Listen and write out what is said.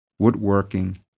woodworking